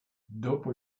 dopo